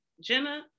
Jenna